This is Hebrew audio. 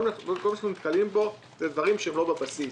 כל הדברים שאנחנו נתקלים בהם זה דברים שהם מחוץ לבסיס.